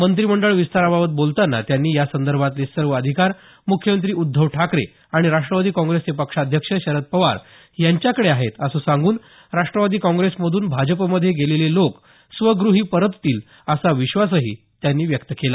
मंत्रीमंडळ विस्ताराबाबत बोलतांना त्यांनी यासंदर्भातले सर्व अधिकार म्ख्यमंत्री उद्धव ठाकरे आणि राष्ट्रवादी काँग्रेसचे पक्षाध्यक्ष शरद पवार यांच्याकडे आहेत असं सांगून राष्ट्रवादी काँग्रेसमधून भाजपमध्ये गेलेले लोक स्वगृही परततील असा विश्वासही त्यांनी व्यक्त केला